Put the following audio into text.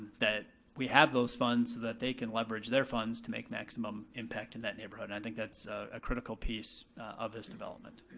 that we have those funds, but they can leverage their funds to make maximum impact in that neighborhood. and i think that's a critical piece of this development.